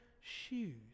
shoes